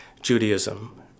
Judaism